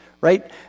right